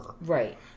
Right